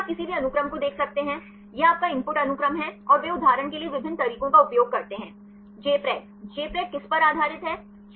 पहले आप किसी भी अनुक्रम को देख सकते हैं यह आपका इनपुट अनुक्रम है और वे उदाहरण के लिए विभिन्न तरीकों का उपयोग करते हैं Jpred Jpred किस पर आधारित है